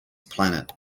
planet